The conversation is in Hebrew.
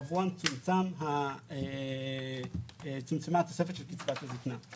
עבורן צומצמה התוספת של קצבת הזקנה.